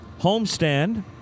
homestand